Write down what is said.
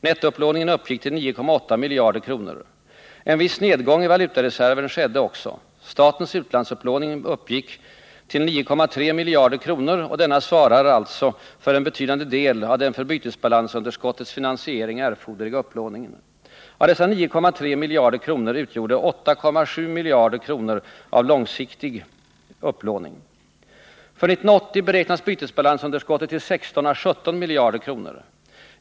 Nettoupplåningen uppgick till 9,8 miljarder kronor. En viss nedgång i valutareserven skedde också. Statens utlandsupplåning uppgick till 9,3 miljarder kronor, och denna svarar alltså för en betydande del av den för bytesbalansunderskottets finansiering erforderliga upplåningen. Av dessa 9,3 miljarder kronor utgjordes 8,7 miljarder kronor av långsiktig upplåning. För 1980 beräknas bytesbalansunderskottet till 16 å 17 miljarder kronor.